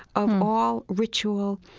um all ritual.